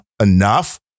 enough